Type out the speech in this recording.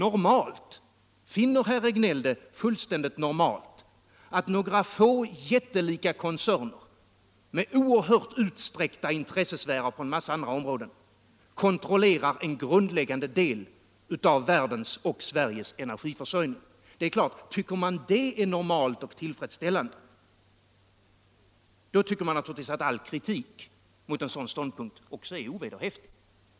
Och finner herr Regnéll det fullständigt normalt att några få jättelika koncerner, med oerhört utsträckta intressesfärer på en massa andra områden, kontrollerar en grundläggande del av världens och Sveriges energiförsörjning? Tycker man att det är normalt och tillfredsställande, då tycker man naturligtvis också att all kritik mot en sådan ståndpunkt är ovederhäftig.